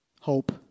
Hope